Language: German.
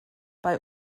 bei